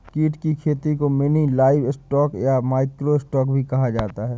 कीट की खेती को मिनी लाइवस्टॉक या माइक्रो स्टॉक भी कहा जाता है